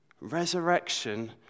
resurrection